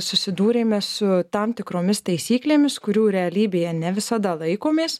susidūrėme su tam tikromis taisyklėmis kurių realybėje ne visada laikomės